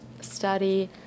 study